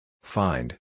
Find